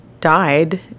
died